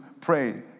pray